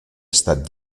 estat